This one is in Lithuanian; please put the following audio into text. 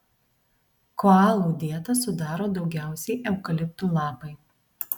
koalų dietą sudaro daugiausiai eukaliptų lapai